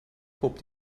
hob